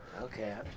Okay